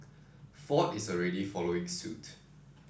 ford is already following suit